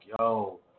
yo